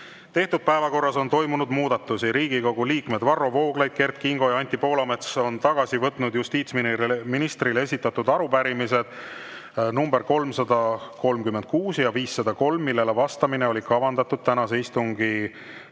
tehtud päevakorras on toimunud muudatusi. Riigikogu liikmed Varro Vooglaid, Kert Kingo ja Anti Poolamets on tagasi võtnud justiitsministrile esitatud arupärimised nr 336 ja 503, millele vastamine oli kavandatud tänase istungi